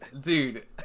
Dude